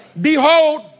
Behold